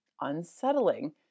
unsettling